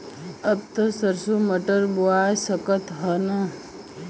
अब त सरसो मटर बोआय सकत ह न?